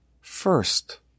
first